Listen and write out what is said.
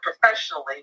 professionally